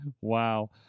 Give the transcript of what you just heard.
Wow